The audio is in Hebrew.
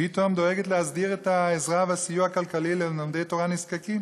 פתאום דואגת להסדיר את העזרה ואת הסיוע הכלכלי ללומדי תורה נזקקים.